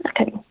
Okay